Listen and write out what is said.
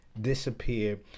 disappear